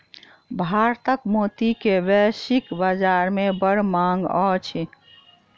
भारतक मोती के वैश्विक बाजार में बड़ मांग अछि